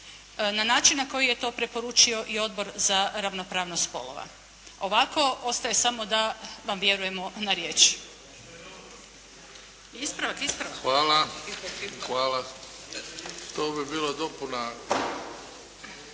na način na koji je to preporučio i Odbor za ravnopravnost spolova. Ovako ostaje samo da vam vjerujemo na riječ. Ispravak, ispravak. **Bebić, Luka (HDZ)** To bi bila dopuna,